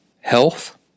health